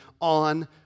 on